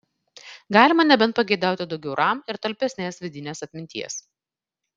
galima nebent pageidauti daugiau ram ir talpesnės vidinės atminties